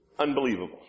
unbelievable